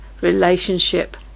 relationship